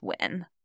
win